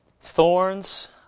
Thorns